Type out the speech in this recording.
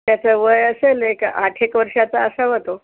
त्याचं वय असेल एक आठ एक वर्षाचा असावा तो